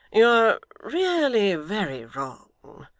you are really very wrong.